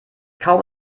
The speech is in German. kaum